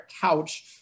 Couch